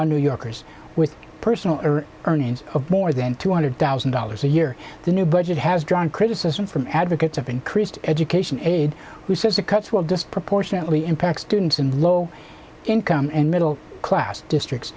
on new yorkers with personal earnings of more than two hundred thousand dollars a year the new budget has drawn criticism from advocates of increased education aide who says the cuts will disproportionately impact students in low income and middle class districts